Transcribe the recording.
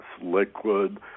liquid